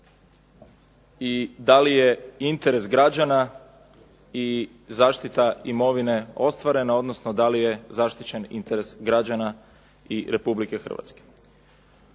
i da li je interes građana i zaštita imovine ostvarena, odnosno da li je zaštićen interes građana i Republike Hrvatske.